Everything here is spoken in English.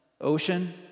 ocean